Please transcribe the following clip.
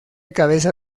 cabeza